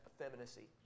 effeminacy